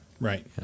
Right